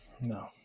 No